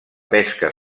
pesca